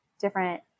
different